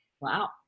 Wow